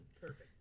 perfect